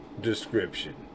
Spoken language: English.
description